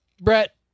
Brett